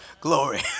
Glory